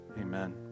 Amen